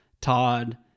Todd